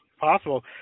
possible